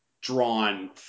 drawn